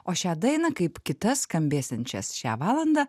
o šią dainą kaip kitas skambėsiančias šią valandą